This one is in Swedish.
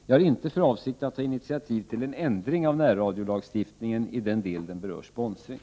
Jag har inte för avsikt att ta initiativ till en ändring av närradiolagstiftningen i den del den berör sponsring.